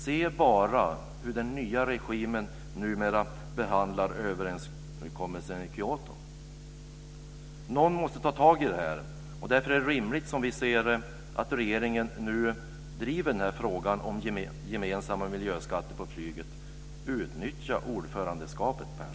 Se bara hur den nya regimen numera behandlar överenskommelsen i Kyoto. Någon måste ta tag i detta. Därför borde regeringen driva frågan om gemensamma miljöskatter på flyget. Utnyttja ordförandeskapet, Persson!